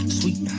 sweet